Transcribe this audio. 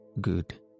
good